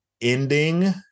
ending